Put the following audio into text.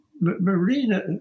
Marina